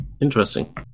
Interesting